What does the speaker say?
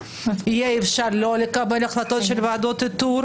יהיה אפשר לא לקבל החלטות של ועדות איתור